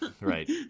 right